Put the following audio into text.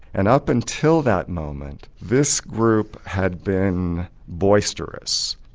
and up until that moment this group had been boisterous,